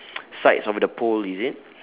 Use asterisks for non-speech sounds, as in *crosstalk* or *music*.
*noise* sides of the pole is it